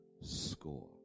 score